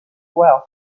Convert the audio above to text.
well